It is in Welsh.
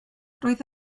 roedd